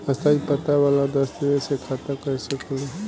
स्थायी पता वाला दस्तावेज़ से खाता कैसे खुली?